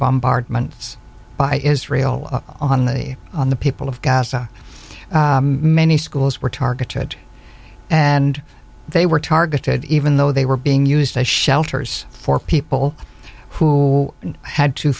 bombardments by israel on the on the people of gaza many schools were targeted and they were targeted even though they were being used as shelters for people who had to